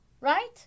right